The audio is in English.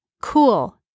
cool